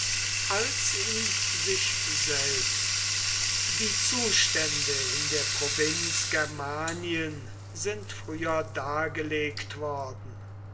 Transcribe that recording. als in sich selbst die zustände in der provinz germanien sind früher dargelegt worden